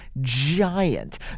giant